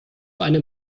einem